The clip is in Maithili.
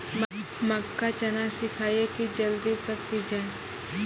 मक्का चना सिखाइए कि जल्दी पक की जय?